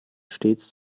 stets